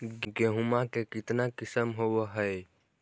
गेहूमा के कितना किसम होबै है?